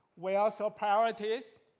we also prioritize,